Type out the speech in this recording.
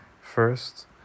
first